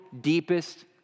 deepest